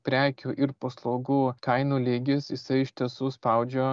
prekių ir paslaugų kainų lygis jisai iš tiesų spaudžia